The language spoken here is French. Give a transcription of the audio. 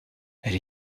elle